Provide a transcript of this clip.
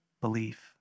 Belief